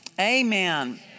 Amen